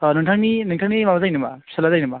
अ नोंथांनि नोंथांनि माबा जायो नामा फिसाज्ला जायो नामा